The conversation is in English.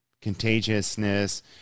contagiousness